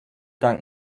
dank